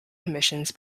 commissions